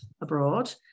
Abroad